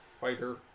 Fighter